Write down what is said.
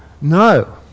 No